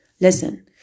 Listen